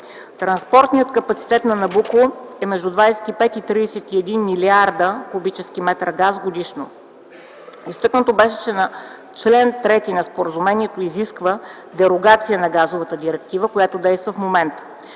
Транспортният капацитет на „Набуко” е между 25 и 31 милиарда кубически метра газ годишно. Изтъкнато беше, че чл. 3 на Споразумението изисква дерогация на газовата директива, която действа в момента.